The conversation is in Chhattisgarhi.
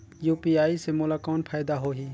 यू.पी.आई से मोला कौन फायदा होही?